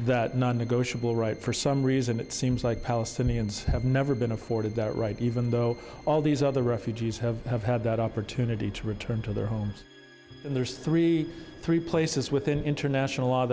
that non negotiable right for some reason it seems like palestinians have never been afforded that right even though all these other refugees have have had that opportunity to return to their homes and there's three three places within international law